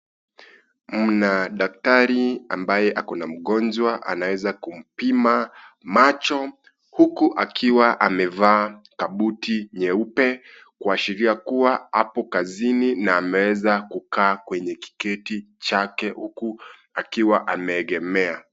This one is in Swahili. Mna daktari ambaye ako na mgonjwa anaweza kumpima macho, huku akiwa amevaa kabuti nyeupe kuashiria kuwa apo kazini na ameweza kukaa kwenye kiketi chake, huku akiwa ameegemea.